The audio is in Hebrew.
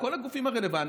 כל הגופים הרלוונטיים,